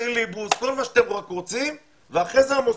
עם סילבוס וכל מה שצריך ואחרי כן המוסד